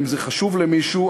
אם זה חשוב למישהו,